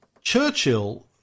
Churchill